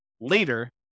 later